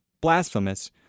blasphemous